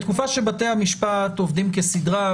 בתקופה שבתי המשפט עובדים כסדרם,